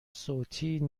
صوتی